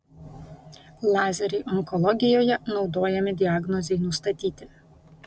lazeriai onkologijoje naudojami diagnozei nustatyti